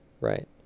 Right